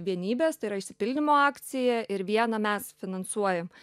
vienybės tai yra išsipildymo akcija ir vieną mes finansuojam